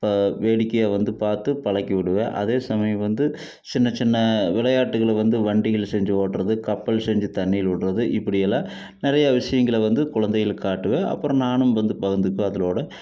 வேடிக்கையாக வந்து பார்த்து பழக்கிவிடுவேன் அதே சமயம் வந்து சின்ன சின்ன விளையாட்டுகள் வந்து வண்டிகள் செஞ்சு ஓடுறது கப்பல் செஞ்சு தண்ணிலவிட்றது இப்படி எல்லாம் நிறைய விஷயங்களை வந்து குழந்தைகளுக்கு காட்டுவேன் அப்புறம் நானும் வந்து பகிர்ந்துப்பேன் அதுகளோட